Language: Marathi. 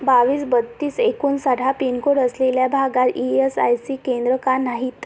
बावीस बत्तीस एकोणसाठ हा पिनकोड असलेल्या भागात ई यस आय सी केंद्रं का नाहीत